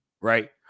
right